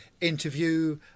interview